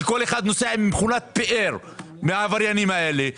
שכל אחד נוסע עם מכונית פאר מהעבריינים אלה,